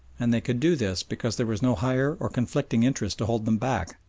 and they could do this because there was no higher or conflicting interest to hold them back